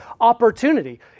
opportunity